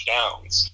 Downs